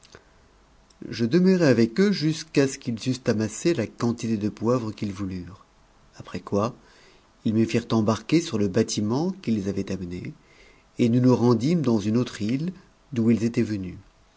je demeurai avec eux jusqu'à ce qu'ils eussent amassé la quantité de poivre qu'ils voulurent après quoi ils me firent embarquer sur le bâtiment qui les avait amenés et nous nous rendîmes dans une autre e d'où ils étaient venus